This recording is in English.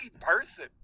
person